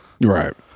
Right